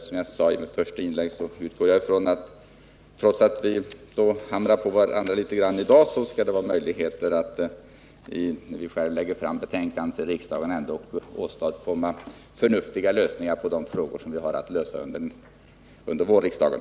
Som jag sade i mitt första inlägg utgår jag ifrån att det — trots att vi hamrar på varandra litet grand i dag — skall bli möjligt att åstadkomma förnuftiga lösningar av de problem som vi har att lösa under våren här i riksdagen.